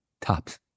tops